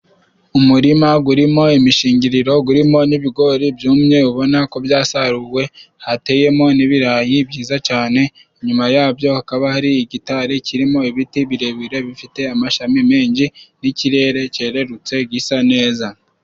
Umurima gwurimo imishingiriro, gwurimo n'ibigori byumye ubona ko byasaruwe, hateyemo n'ibirayi byiza cane, inyuma yabyo hakaba hari igitari kirimo ibiti birebire, bifite amashami menshi n'ikirere kererutse gisa neza.